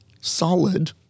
solid